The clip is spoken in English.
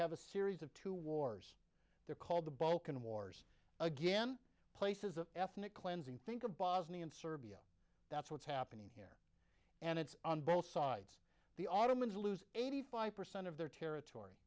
have a series of two wars there called the balkan wars again places of ethnic cleansing think of bosnia and serbia that's what's happening here and it's on both sides the ottomans lose eighty five percent of their territory